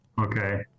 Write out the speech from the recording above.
Okay